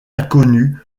inconnue